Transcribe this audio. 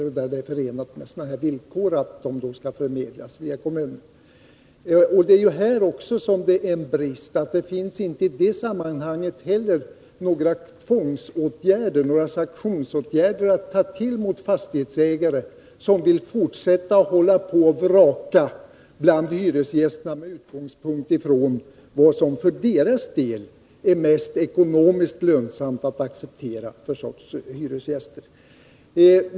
Dessa bostäder är förenade med sådana villkor att de skall förmedlas via kommunen. Också här finns en brist. Det finns inte heller i det sammanhanget några sanktionsåtgärder att ta till mot fastighetsägare som vill fortsätta att välja och vraka bland hyresgästerna, med utgångspunkt i vad för sorts hyresgäster det för deras del är ekonomiskt mest lönsamt att acceptera.